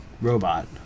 robot